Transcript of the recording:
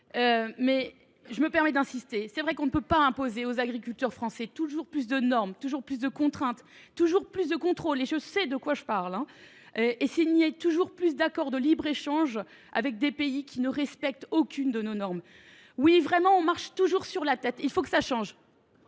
je me permets d’insister : on ne saurait continuer à imposer aux agriculteurs français toujours plus de normes, toujours plus de contraintes, toujours plus de contrôles – je sais de quoi je parle !–, tout en signant toujours plus d’accords de libre échange avec des pays qui ne respectent aucune de nos normes. Oui, vraiment, nous marchons sur la tête ; il faut que ça change